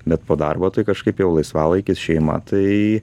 bet po darbo tai kažkaip jau laisvalaikis šeima tai